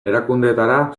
erakundeetara